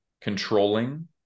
controlling